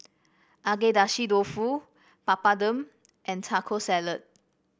Agedashi Dofu Papadum and Taco Salad